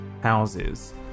houses